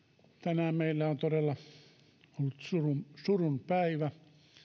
tänään meillä on todella ollut surunpäivä kun